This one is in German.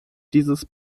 dieses